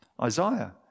Isaiah